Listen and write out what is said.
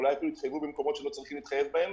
אולי אפילו יתחייבו במקומות שלא צריכים להתחייב בהם,